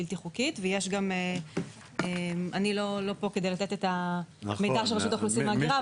אני לא פה כדי לתת את המידע של רשות האוכלוסין וההגירה,